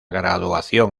graduación